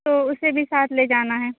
تو اُسے بھی ساتھ لے جانا ہے